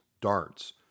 darts